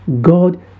God